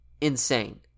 insane